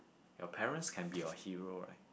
your parents can be your hero right